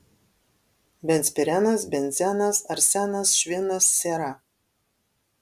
benzpirenas benzenas arsenas švinas siera